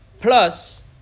Plus